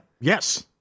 Yes